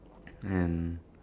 and